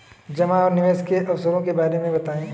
जमा और निवेश के अवसरों के बारे में बताएँ?